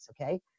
Okay